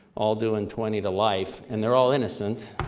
all doing twenty to life, and they're all innocent,